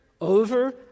over